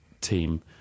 team